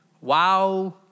Wow